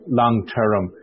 long-term